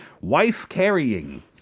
Wife-carrying